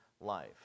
life